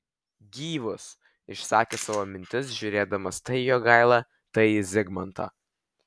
gyvus išsakė savo mintis žiūrėdamas tai į jogailą tai į zigmantą